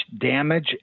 damage